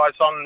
on